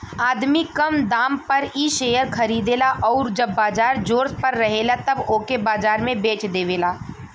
आदमी कम दाम पर इ शेअर खरीदेला आउर जब बाजार जोर पर रहेला तब ओके बाजार में बेच देवेला